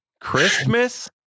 christmas